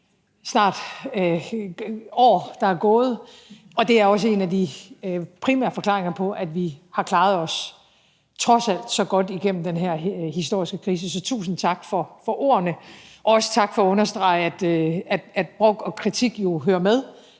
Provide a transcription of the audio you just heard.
hele år, der er gået, og det er også en af de primære forklaringer på, at vi trods alt har klaret os så godt igennem den her historiske krise. Så tusind tak for ordene, og også tak for at understrege, at brok og kritik jo hører med,